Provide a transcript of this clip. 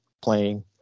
playing